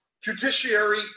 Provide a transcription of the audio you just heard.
Judiciary